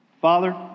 Father